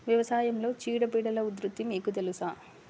వ్యవసాయంలో చీడపీడల ఉధృతి మీకు తెలుసా?